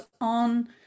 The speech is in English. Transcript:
on